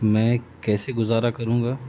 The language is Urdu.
میں کیسے گزارا کروں گا